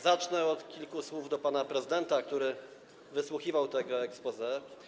Zacznę od kilku słów do pana prezydenta, który wysłuchiwał tego exposé.